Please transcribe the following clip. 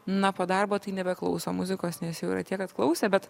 na po darbo tai nebeklauso muzikos nes jau yra tiek atklausę bet